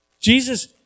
Jesus